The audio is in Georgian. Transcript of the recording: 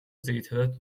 ძირითადად